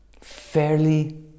fairly